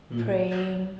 mm